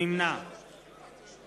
נמנע